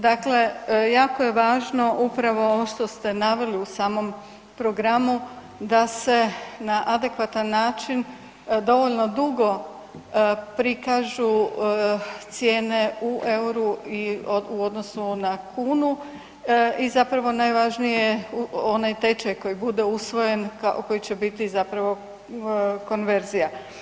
Dakle, jako je važno upravo ovo što ste naveli u samom programu da se na adekvatan način dovoljno dugo prikažu cijene u euru u odnosu na kunu i zapravo najvažnije onaj tečaj koji bude usvojen koji će biti zapravo konverzija.